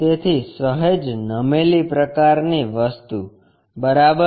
તેથી સહેજ નમેલી પ્રકારની વસ્તુ બરાબર